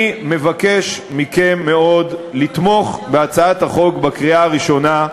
אני מבקש מכם מאוד לתמוך בהצעת החוק בקריאה ראשונה,